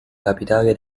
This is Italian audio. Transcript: capitale